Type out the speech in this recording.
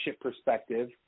perspective